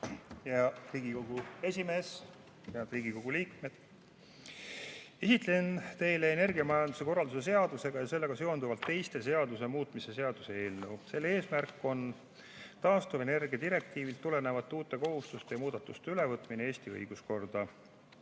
hea Riigikogu esimees! Head Riigikogu liikmed! Esitlen teile energiamajanduse korralduse seaduse muutmise ja sellega seonduvalt teiste seaduste muutmise seaduse eelnõu. Selle eesmärk on taastuvenergia direktiivist tulenevate uute kohustuste ja muudatuste ülevõtmine Eesti õiguskorda.